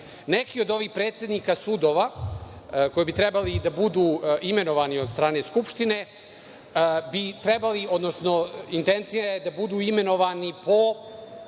neki od ovih predsednika sudova koji bi trebali da budu imenovani od strane Skupštine trebali, odnosno intencija je da budu imenovani po